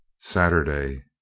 Saturday